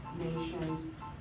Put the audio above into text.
nations